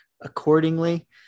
accordingly